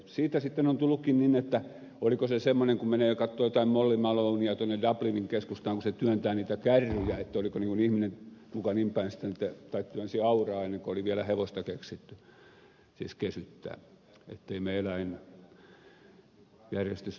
siitä sitten on tullutkin niin että oliko se semmoinen kun menee katsomaan jotain molly malonea tuonne dublinin keskustaan kun se työntää niitä kärryjä oliko niin kuin ihminen muka niin päin sitten että työnsi auraa ennen kuin oli vielä hevosta keksitty siis kesyttää ettei mene järjestys päälaelleen